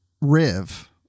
Riv